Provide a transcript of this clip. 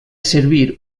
servir